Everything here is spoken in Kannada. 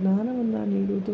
ಜ್ಞಾನವನ್ನು ನೀಡೋದು